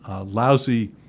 lousy